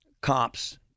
Cops